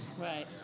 Right